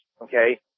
okay